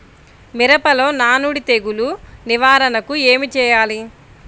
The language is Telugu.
మిరపలో నానుడి తెగులు నివారణకు ఏమి చేయాలి?